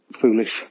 foolish